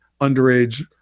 underage